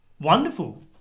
Wonderful